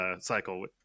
cycle